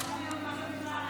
חבר הכנסת